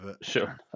Sure